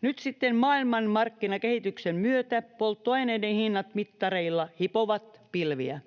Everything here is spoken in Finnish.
Nyt sitten maailmanmarkkinakehityksen myötä polttoaineiden hinnat mittareilla hipovat pilviä.